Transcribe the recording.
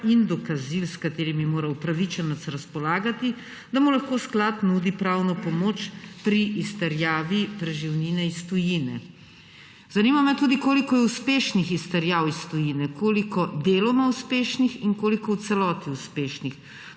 in dokazil, s katerimi mora upravičenec razpolagati, da mu lahko Sklad nudi pravno pomoč pri izterjavi preživnine iz tujine. Zanima me tudi: Koliko je uspešnih izterjav iz tujine, koliko deloma uspešnih in koliko v celoti uspešnih?